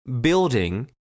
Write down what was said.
building